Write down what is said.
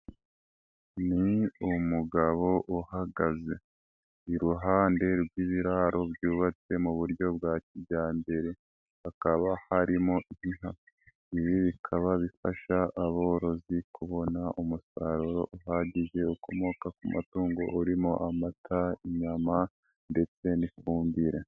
Ni umugabo uhagaze iruhande rw'ibiraro byubatse mu buryo bwa kijyambere, hakaba harimo inka, ibi bikaba bifasha aborozi kubona umusaruro uhagije ukomoka ku matungo urimo amata, inyama ndetse n'ifumbire.